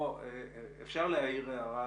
אפשר להעיר הערה